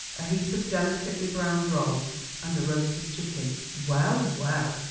a heap of delicately browned rolls and a roasted chicken. well, well!